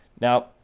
Now